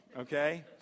okay